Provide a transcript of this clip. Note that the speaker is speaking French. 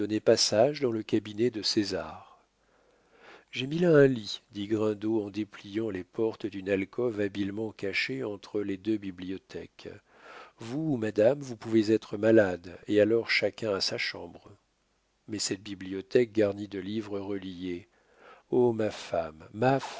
passage dans le cabinet de césar j'ai mis là un lit dit grindot en dépliant les portes d'une alcôve habilement cachée entre les deux bibliothèques vous ou madame vous pouvez être malade et alors chacun a sa chambre mais cette bibliothèque garnie de livres reliés oh ma femme ma